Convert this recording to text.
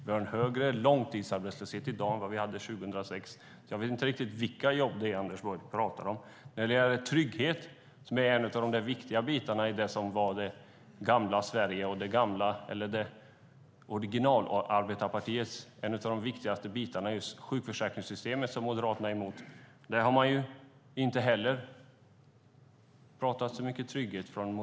Vi har en högre långtidsarbetslöshet i dag än 2006. Jag vet inte riktigt vilka jobb Anders Borg pratar om. När det gäller trygghet, som var en av de viktigaste bitarna i det gamla Sverige och originalarbetarpartiet, var Moderaterna emot sjukförsäkringssystemet. Där har Moderaterna inte pratat så mycket om trygghet.